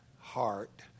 heart